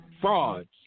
Frauds